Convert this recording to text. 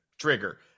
trigger